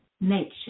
nature